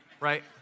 right